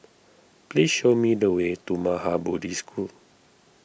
please show me the way to Maha Bodhi School